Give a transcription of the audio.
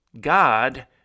God